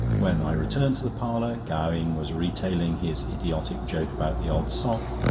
when i returned to the parlour, gowing was retailing his idiotic joke about the odd sock,